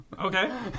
Okay